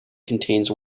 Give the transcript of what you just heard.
contains